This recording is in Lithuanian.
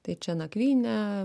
tai čia nakvynė